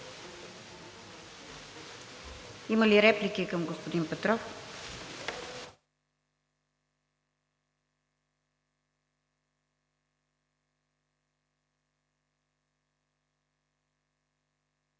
Има ли реплики към господин Петров?